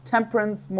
temperance